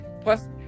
Plus